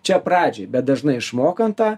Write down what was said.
čia pradžiai bet dažnai išmokant tą